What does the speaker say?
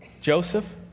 Joseph